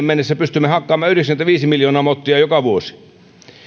mennessä pystymme hakkaamaan yhdeksänkymmentäviisi miljoonaa mottia joka vuosi